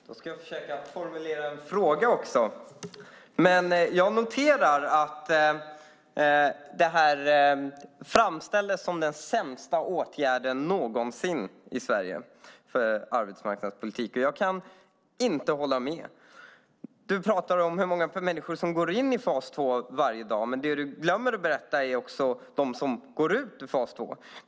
Fru talman! Jag ska försöka formulera en fråga också. Jag noterar att det här framställdes som den sämsta åtgärden i arbetsmarknadspolitiken någonsin i Sverige. Jag kan inte hålla med. Du pratar, Jasenko Omanovic, om hur många människor som går in i fas 3 varje dag, men du glömmer att berätta om dem som går ut ur fas 3.